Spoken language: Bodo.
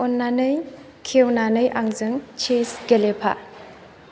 अन्नानै खेवनानै आंजों चेस गेलेफा